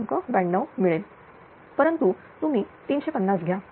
92 मिळेल परंतु तुम्ही 350 घ्या